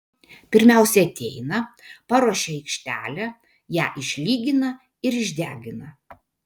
pirmiausia ateina paruošia aikštelę ją išlygina ir išdegina